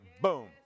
boom